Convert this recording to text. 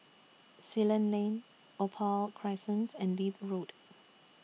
Ceylon Lane Opal Crescent and Leith Road